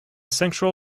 central